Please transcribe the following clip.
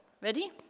Ready